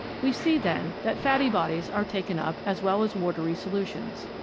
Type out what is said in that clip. we see, then, that fatty bodies are taken up as well as watery solutions.